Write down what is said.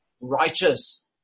righteous